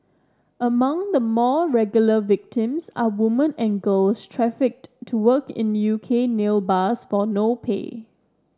among the more regular victims are woman and girls trafficked to work in U K nail bars for no pay